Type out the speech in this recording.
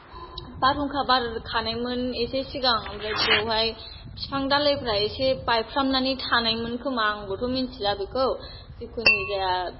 बारहुंखा बारखानायमोन एसे सिगां ओमफ्राय बेवहाय बिफां दालायफ्रा एसे बायफ्रामनानै थानायमोन खोमा आंबोथ' मिथिला बेखौ जेखुनु जाया